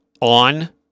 on